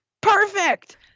Perfect